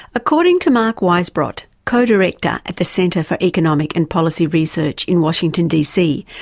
according to mark weisbot, co-director at the centre for economic and policy research in washington dc,